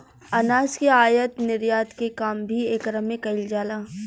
अनाज के आयत निर्यात के काम भी एकरा में कईल जाला